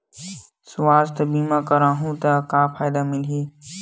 सुवास्थ बीमा करवाहू त का फ़ायदा मिलही?